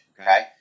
Okay